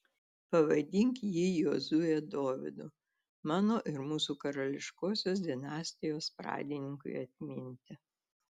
pavadink jį jozue dovydu mano ir mūsų karališkosios dinastijos pradininkui atminti